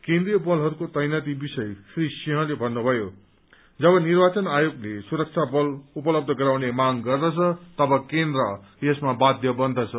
केन्द्रीय बलहरूको तैनाथी विषय श्री सिंहले भन्नुभयो जब निर्वाचन आयोगले सुरक्षा बल उपलब्ध गराउने माग गर्दछ तब केन्द्र यसमा बाध्य बन्दछ